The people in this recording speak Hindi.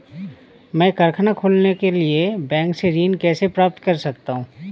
मैं कारखाना खोलने के लिए बैंक से ऋण कैसे प्राप्त कर सकता हूँ?